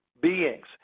beings